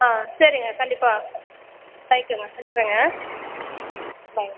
ஆ சரிங்க கண்டிப்பாக ரைட்டுங்க வெச்சுடுறேங்க பை